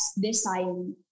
design